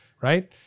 right